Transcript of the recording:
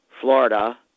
Florida